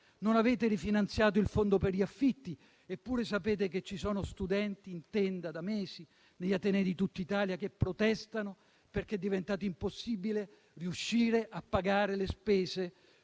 Non avete rifinanziato il Fondo per gli affitti, eppure sapete che ci sono studenti in tenda da mesi negli atenei di tutta Italia che protestano, perché è diventato impossibile riuscire a pagare le spese